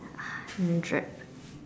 hundred